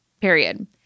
period